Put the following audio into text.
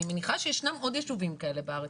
אני מניחה שישנם עוד יישובים כאלה בארץ.